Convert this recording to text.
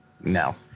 No